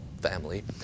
family